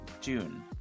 june